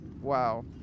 Wow